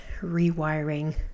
rewiring